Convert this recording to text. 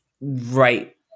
right –